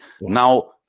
Now